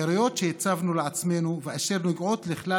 העיקריות שהצבנו לעצמנו ואשר נוגעות לכלל